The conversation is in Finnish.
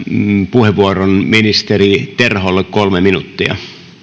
puheenvuoron ministeri terholle kolme minuuttia